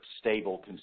stable